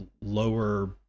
lower